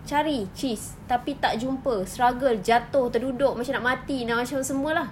cari cheese tapi tak jumpa struggle jatuh terduduk macam nak mati nak macam semua lah